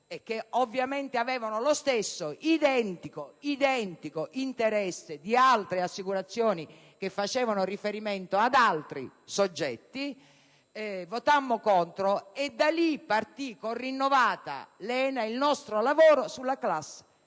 e che ovviamente avevano lo stesso identico interesse di altre compagnie che facevano riferimento ad altri soggetti. Da lì partì con rinnovata lena il nostro lavoro sulla *class